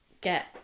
get